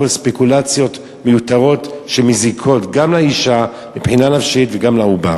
ספקולציות מיותרות שמזיקות גם לאשה מבחינה נפשית וגם לעובר.